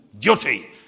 guilty